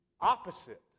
opposite